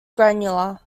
granular